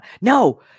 no